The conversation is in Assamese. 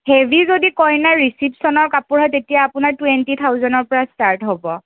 হেভি যদি কইনাৰ ৰিচিপচনৰ কাপোৰ হয় তেতিয়া আপোনাৰ টুৱেণ্টি থাউজেণ্ডৰপৰা ষ্টাৰ্ট হ'ব